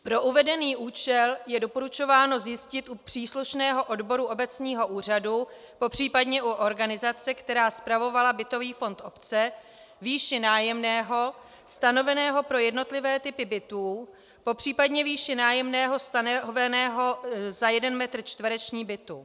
Pro uvedený účel je doporučováno zjistit u příslušného odboru obecního úřadu, popřípadě u organizace, která spravovala bytový fond obce, výši nájemného stanoveného pro jednotlivé typy bytů, popřípadě výši nájemného stanoveného za jeden metr čtvereční bytu.